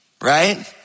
Right